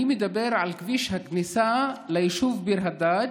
אני מדבר על כביש הכניסה ליישוב ביר הדאג',